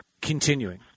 continuing